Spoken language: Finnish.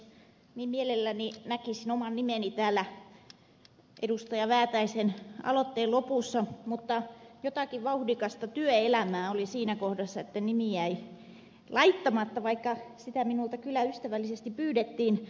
niin mielelläni näkisin oman nimeni täällä edustaja väätäisen aloitteen lopussa mutta jotakin vauhdikasta työelämää oli siinä kohdassa että nimi jäi laittamatta vaikka sitä minulta kyllä ystävällisesti pyydettiin